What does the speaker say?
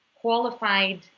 qualified